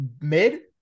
mid